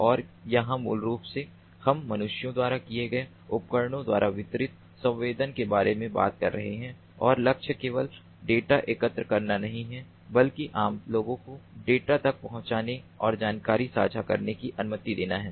और यहां मूल रूप से हम मनुष्यों द्वारा किए गए उपकरणों द्वारा वितरित संवेदन के बारे में बात कर रहे हैं और लक्ष्य केवल डेटा एकत्र करना नहीं है बल्कि आम लोगों को डेटा तक पहुंचने और जानकारी साझा करने की अनुमति देना है